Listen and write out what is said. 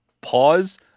Pause